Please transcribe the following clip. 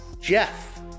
Jeff